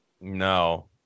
no